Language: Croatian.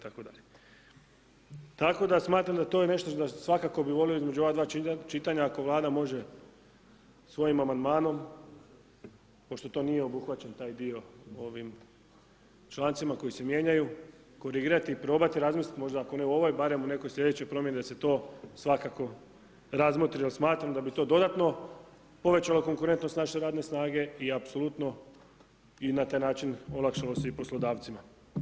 Tako da smatram da to je nešto na što svakako bih volio između ova dva čitanja ako Vlada može svojim amandmanom, pošto to nije obuhvaćen taj dio ovim člancima koji se mijenjaju korigirati i probati razmisliti možda ako ne u ovoj, barem u nekoj slijedećoj promjeni da se to svakako razmotri jer smatram da bi to dodatno povećalo konkurentnost naše radne snage i apsolutno i na taj način olakšalo se i poslodavcima.